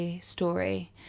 story